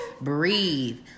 breathe